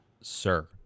Sir